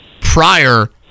prior